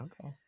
Okay